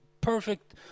perfect